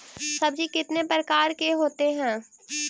सब्जी कितने प्रकार के होते है?